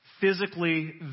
physically